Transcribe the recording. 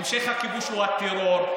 המשך הכיבוש הוא הטרור.